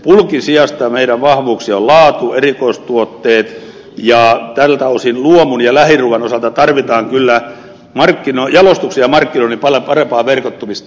bulkin sijasta meidän vahvuuksia ovat laatu erikoistuotteet ja tältä osin luomun ja lähiruuan osalta tarvitaan kyllä jalostuksen ja markkinoinnin paljon parempaa verkottumista